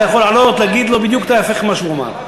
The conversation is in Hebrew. אתה יכול לעלות ולהגיד לו בדיוק ההפך ממה שהוא אמר.